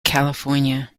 california